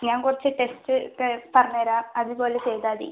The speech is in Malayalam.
ഞാൻ കുറച്ച് ടെസ്റ്റൊക്കെ പറഞ്ഞുതരാം അതുപോലെ ചെയ്താൽമതി